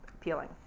appealing